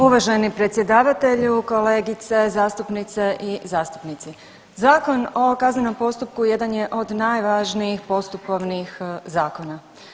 Uvaženi predsjedavatelju, kolegice zastupnice i zastupnici, Zakon o kaznenom postupku jedan je od najvažnijih postupovnih zakona.